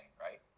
right